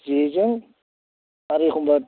जेजों आरो एख'नबा